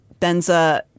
Benza